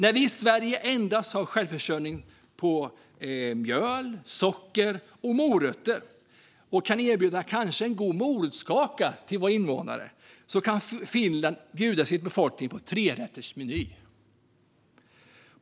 När vi i Sverige endast är självförsörjande på mjöl, socker och morötter och kanske kan erbjuda en god morotskaka till våra invånare kan Finland bjuda sin befolkning på en trerättersmeny.